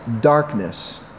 darkness